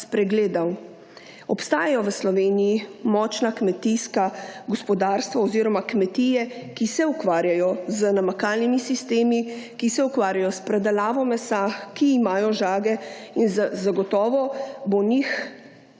Obstajajo v Sloveniji močna kmetijsko gospodarstvo oziroma kmetije, ki se ukvarjajo z namakalnimi sistemi, ki se ukvarjajo s predelavo mesa, ki imajo žage in zagotovo bo njih